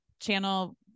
channel